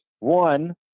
One